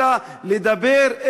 אלא לדבר,